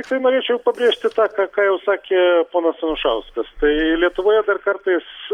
tiktai norėčiau pabrėžti tą ką ką jau sakė ponas anušauskas tai lietuvoje dar kartais